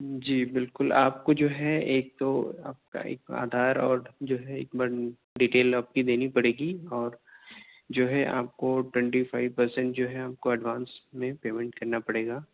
جی بالکل آپ کو جو ہے ایک تو آپ کا ایک آدھار اور جو ہے ایک ڈیٹیل آپ کی دینی پڑے گی اور جو ہے آپ کو ٹونٹی فائیو پرسینٹ جو ہے آپ کو ایڈوانس میں پیمنٹ کرنا پڑے گا